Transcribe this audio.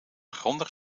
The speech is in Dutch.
grondig